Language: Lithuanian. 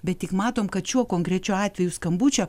bet tik matom kad šiuo konkrečiu atveju skambučio